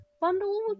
bundle